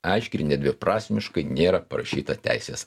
aiškiai ir nedviprasmiškai nėra parašyta teisės